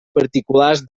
particulars